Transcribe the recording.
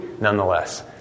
nonetheless